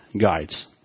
guides